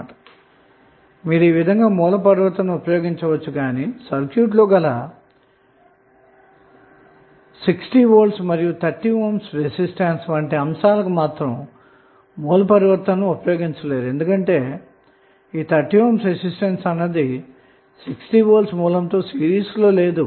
అయితే మీరు ఈ విధంగా సోర్స్ ట్రాన్సఫార్మషన్ ఉపయోగించవచ్చు గాని సర్క్యూట్ లో గల 60V మరియు 30ohm రెసిస్టెన్స్ లకు మాత్రం సోర్స్ ట్రాన్స్ఫర్మేషన్ ను ఉపయోగించలేరుఎందుకంటే ఈ 30ohm రెసిస్టెన్స్ అన్నది 60V సోర్స్ తో సిరీస్లో లేదు